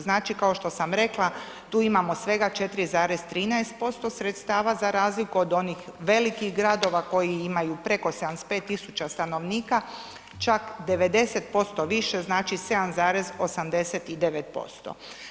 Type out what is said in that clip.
Znači kao što sam rekla, tu imamo svega 4,13% sredstava za razliku od onih velikih gradova koji imaju preko 75 000 stanovnika, čak 90% više, znači 7,89%